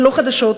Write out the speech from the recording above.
ללא חדשות,